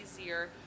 easier